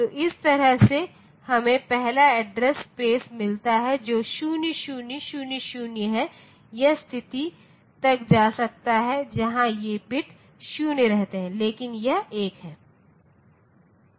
तो इस तरह से हमें पहला एड्रेस स्पेस मिलता है जो 0000 है यह स्थिति तक जा सकता है जहां ये बिट्स 0 रहते हैं लेकिन यह 1 है